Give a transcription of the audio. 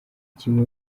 kimwe